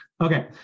Okay